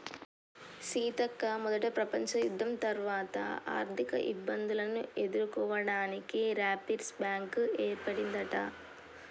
సీతక్క మొదట ప్రపంచ యుద్ధం తర్వాత ఆర్థిక ఇబ్బందులను ఎదుర్కోవడానికి రాపిర్స్ బ్యాంకు ఏర్పడిందట